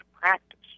practice